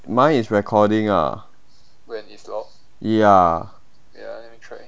mine is recording ah ya